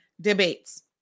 debates